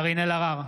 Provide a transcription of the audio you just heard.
קארין אלהרר,